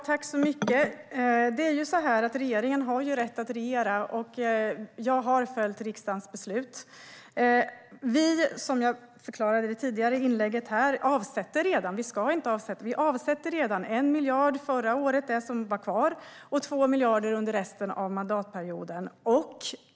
Fru ålderspresident! Regeringen har rätt att regera, och jag har följt riksdagens beslut. Som jag förklarade i det tidigare inlägget här avsätter vi - vi ska alltså inte avsätta pengar utan gör det redan - 1 miljard förra året, det som var kvar, och 2 miljarder resten av mandatperioden.